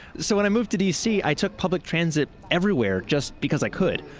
so and i moved to dc, i took public transit everywhere, just because i could.